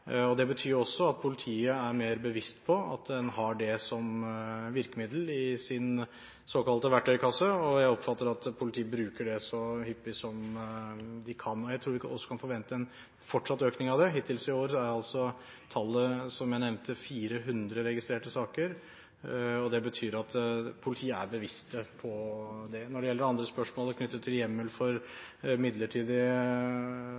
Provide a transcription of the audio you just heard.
Det betyr også at politiet er mer bevisste på at en har det som virkemiddel i sin såkalte verktøykasse. Jeg oppfatter at politiet bruker det så hyppig som de kan, og jeg tror vi også kan forvente en fortsatt økning av det. Hittil i år er altså tallet, som jeg nevnte, 400 registrerte saker. Det betyr at politiet er bevisste på det. Når det gjelder det andre spørsmålet, knyttet til hjemmel